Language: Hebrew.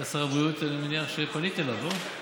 מה שר הבריאות, אני מניח שפנית אליו, לא?